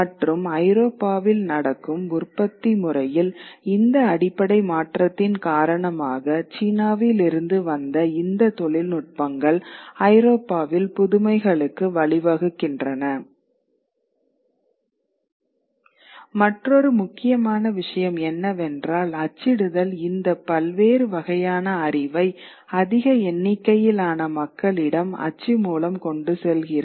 மற்றும் ஐரோப்பாவில் நடக்கும் உற்பத்தி முறையில் இந்த அடிப்படை மாற்றத்தின் காரணமாக சீனாவிலிருந்து வந்த இந்த தொழில்நுட்பங்கள் ஐரோப்பாவில் புதுமைகளுக்கு வழிவகுக்கின்றன மற்றொரு முக்கியமான விஷயம் என்னவென்றால் அச்சிடுதல் இந்த பல்வேறு வகையான அறிவை அதிக எண்ணிக்கையிலான மக்களிடம் அச்சு மூலம் கொண்டு செல்கிறது